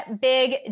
big